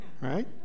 Right